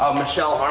um michelle.